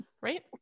Right